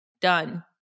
done